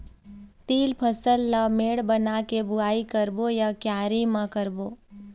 तील फसल ला मेड़ बना के बुआई करबो या क्यारी म करबो?